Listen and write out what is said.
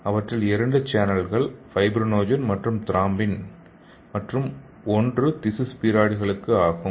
அவற்றில் இரண்டு சேனல்கள் ஃபைப்ரினோஜென் மற்றும் த்ரோம்பின் மற்றும் ஒன்று திசு ஸ்பீராய்டுகளுக்கு ஆகும்